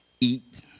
eat